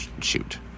shoot